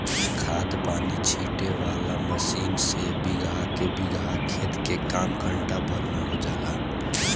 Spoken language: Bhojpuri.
खाद पानी छीटे वाला मशीन से बीगहा के बीगहा खेत के काम घंटा भर में हो जाला